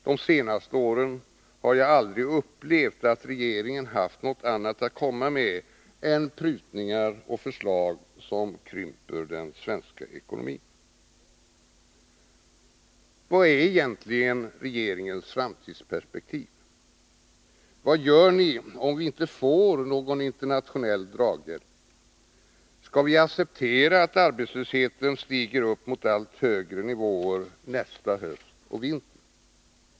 De senaste åren har jag aldrig upplevt att regeringen haft något annat att komma med än prutningar och förslag som krymper den svenska ekonomin. Vad är egentligen regeringens framtidsperspektiv? Vad gör vi, om vi inte får någon internationell draghjälp? Skall vi acceptera att arbetslösheten stiger till allt högre nivåer nästa höst och vinter?